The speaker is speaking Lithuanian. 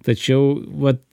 tačiau vat